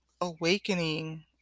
Awakening